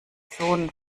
sohn